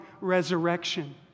resurrection